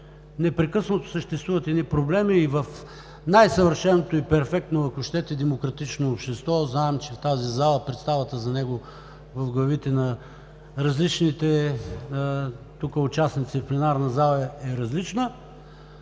непрекъснато съществуват проблеми и в най-съвършеното и перфектно, ако щете, демократично общество – знаем, че в тази зала представата за него в главите на различните тук участници е различна,